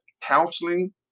Counseling